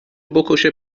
بکشه